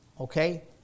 Okay